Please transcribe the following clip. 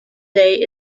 day